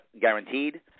guaranteed